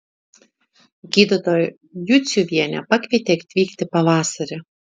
gydytoja juciuvienė pakvietė atvykti pavasarį